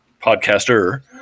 podcaster